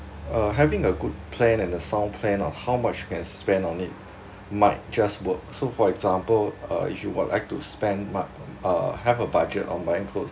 uh having a good plan and a sound plan on how much you can spend on it might just work so for example uh if you would like to spend much uh have a budget on buying clothes